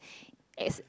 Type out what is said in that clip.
it's